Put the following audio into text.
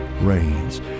reigns